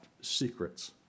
secrets